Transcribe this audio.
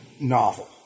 novel